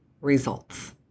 results